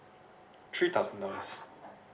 three thousand dollars